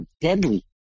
deadly